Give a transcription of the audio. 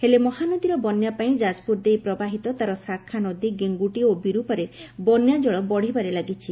ହେଲେ ମହାନଦୀର ବନ୍ୟା ପାଇଁ ଯାଜପୁର ଦେଇ ପ୍ରବାହିତ ତାର ଶାଖା ନଦୀ ଗେଙ୍ଗୁଟି ଓ ବିରୂପା ରେ ବନ୍ୟାଜଳ ବଢିବାରେ ଲାଗିଛି